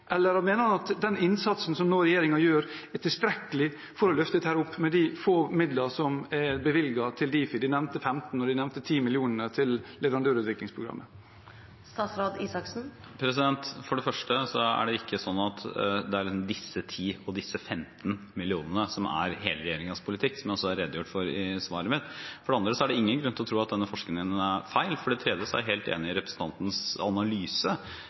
Eller mener han at den innsatsen som regjeringen nå gjør, er tilstrekkelig for å løfte dette opp med de få midlene som er bevilget til Difi – de nevnte 15 mill. kr og de 10 mill. kr til leverandørutviklingsprogrammet? For det første er det ikke sånn at det er disse 10 mill. kr og 15 mill. kr som er hele regjeringens politikk, som jeg også redegjorde for i svaret mitt. For det andre er det ingen grunn til å tro at denne forskningen er feil. For det tredje er jeg helt enig i representantens analyse.